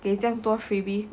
给这样多 freebie